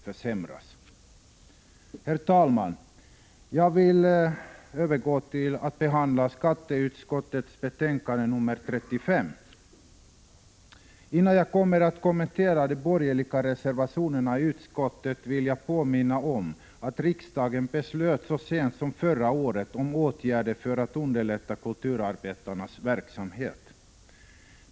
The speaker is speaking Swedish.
Innan jag kommenterar de borgerliga reservationerna vid utskottets betänkande nr 35 vill jag påminna om att riksdagen så sent som förra året beslöt vidta åtgärder för att underlätta kulturarbetarnas verksamhet.